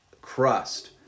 crust